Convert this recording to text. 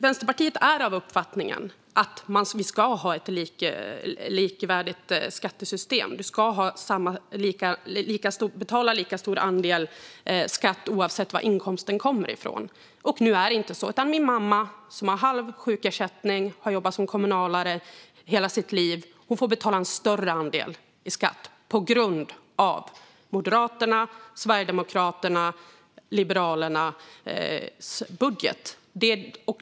Vänsterpartiet är av uppfattningen att vi ska ha ett likvärdigt skattesystem. Du ska betala en lika stor andel skatt oavsett var inkomsten kommer ifrån. Nu är det inte så. Min mamma, som har halv sjukersättning och har jobbat som kommunalare i hela sitt liv, får betala en större andel i skatt på grund av Moderaternas, Sverigedemokraternas och Kristdemokraternas budget.